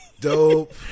dope